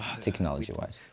Technology-wise